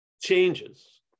changes